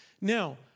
Now